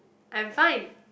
I'm fine